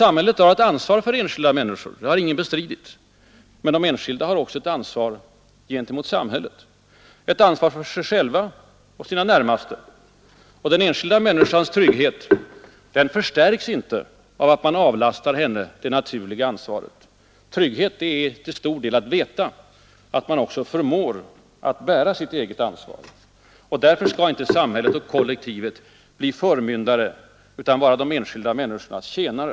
Samhället har ett ansvar för enskilda människor — det har ingen bestritt. Men de enskilda har också ett ansvar gentemot samhället, ett ansvar för sig själva och sina närmaste. Och den enskilda människans trygghet förstärks inte av att man avlastar henne det naturliga ansvaret. Trygghet är till stor del att vera att man också förmår bära sitt eget ansvar. Därför skall inte samhället och kollektivet vara förmyndare utan de enskilda människornas tjänare.